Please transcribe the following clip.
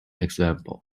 example